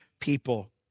people